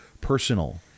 personal